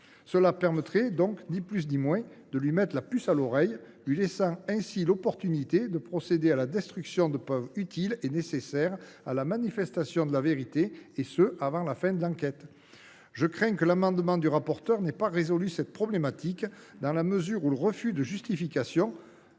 Cela reviendrait donc ni plus ni moins à lui mettre la puce à l’oreille, lui laissant ainsi l’opportunité de procéder à la destruction de preuves utiles et nécessaires à la manifestation de la vérité, et ce avant la fin de l’enquête. Je crains que l’amendement du rapporteur n’ait pas résolu ce problème dans la mesure où le refus de justification